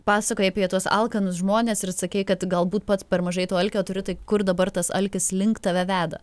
pasakojai apie tuos alkanus žmones ir sakei kad galbūt pats per mažai to alkio turi tai kur dabar tas alkis link tave veda